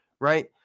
right